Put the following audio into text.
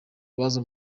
baza